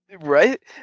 Right